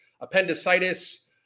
appendicitis